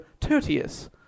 Tertius